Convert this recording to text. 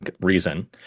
reason